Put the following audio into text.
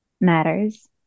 matters